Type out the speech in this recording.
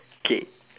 okay